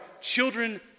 children